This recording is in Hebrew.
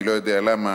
אני לא יודע למה,